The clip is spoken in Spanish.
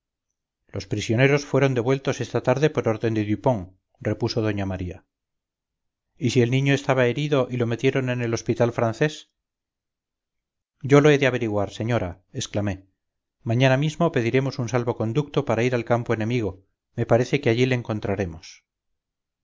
los prisioneros fueron devueltos esta tarde por orden de dupont repuso doña maría y si el niño estaba herido y lo metieron en el hospital francés yo lo he de averiguar señora exclamé mañana mismo pediremos un salvo-conducto para ir al campo enemigo me parece que allí le encontraremos